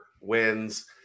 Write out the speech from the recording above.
wins